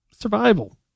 Survival